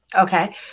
Okay